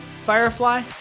Firefly